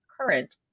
current